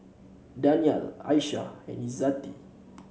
Danial Aishah and Izzati